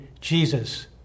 Jesus